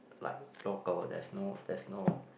like local there's no there's no